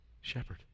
shepherd